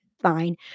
fine